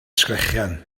sgrechian